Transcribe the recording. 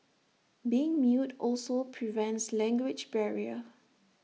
being mute also prevents language barrier